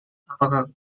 apakah